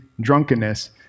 drunkenness